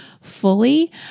fully